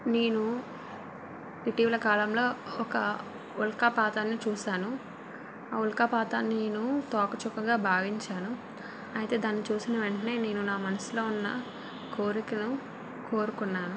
నేను ఇటీవల కాలంలో ఒక ఉల్కాపాతాన్ని చూశాను ఆ ఉల్కాపాతాన్ని నేను తోకచుక్కగా భావించాను అయితే దాని చూసిన వెంటనే నేను నా మనసులో ఉన్న కోరికలు కోరుకున్నాను